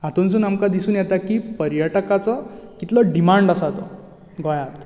हातूंसून आमका दिसून येता कि पर्यटकाचो कितलो डिमांड आसा तो गोयांत